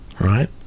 right